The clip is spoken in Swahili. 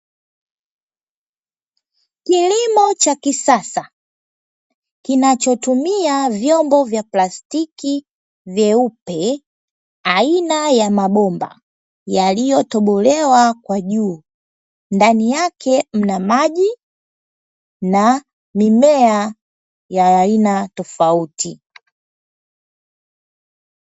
Kilimo cha kisasa kinachotumia vyombo vya plastiki vyeupe, aina ya mabomba yaliyotobolewa kwa juu. Ndani yake mna maji na mimea ya aina tofauti.